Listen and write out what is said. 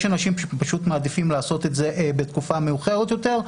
יש אנשים שפשוט מעדיפים לעשות את זה בתקופה מאוחרת יותר,